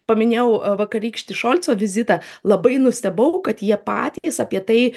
paminėjau a vakarykštį šolco vizitą labai nustebau kad jie patys apie tai